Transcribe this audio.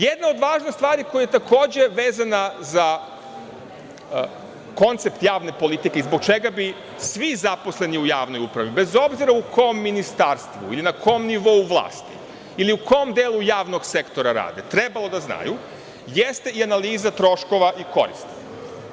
Jedna od važnih stvari koje je takođe vezano za koncept javne politike i zbog čega bi svi zaposleni u javnoj upravi, bez obzira u kom ministarstvu ili na kom nivou vlasti ili u kom delu javnog sektora rade, trebalo da znaju jeste i analiza troškova i koristi.